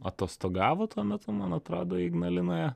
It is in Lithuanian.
atostogavo tuo metu man atrodo ignalinoje